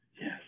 Yes